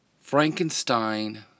Frankenstein